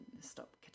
stop